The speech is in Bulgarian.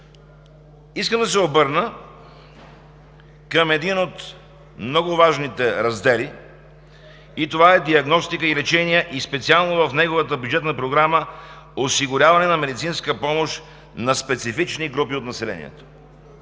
Искам да се обърна към един от много важните раздели и това е „Диагностика и лечение“ и специално в неговата бюджетна програма „Осигуряване на медицинска помощ на специфични групи от населението“.